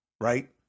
Right